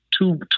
two